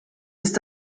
ist